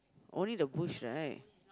only the bush right